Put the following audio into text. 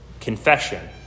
confession